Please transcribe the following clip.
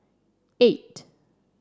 eight